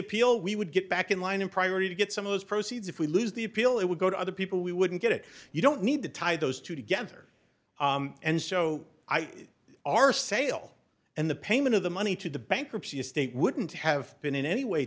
appeal we would get back in line in priority to get some of those proceeds if we lose the appeal it would go to other people we wouldn't get it you don't need to tie those two together and so i think our sale and the payment of the money to the bankruptcy estate wouldn't have been in any way